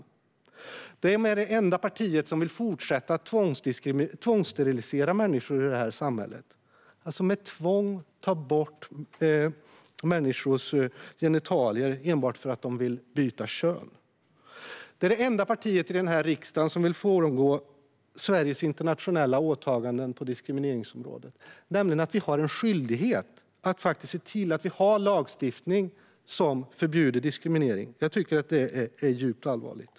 Sverigedemokraterna är det enda partiet som vill fortsätta att tvångssterilisera människor i det här samhället - alltså med tvång ta bort människors genitalier enbart för att de vill byta kön. Det är det enda partiet i riksdagen som vill frångå Sveriges internationella åtaganden på diskrimineringsområdet, nämligen att det finns en skyldighet att se till att det finns en lagstiftning som förbjuder diskriminering. Det är djupt allvarligt.